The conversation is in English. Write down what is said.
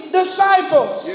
disciples